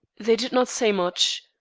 they did not say much.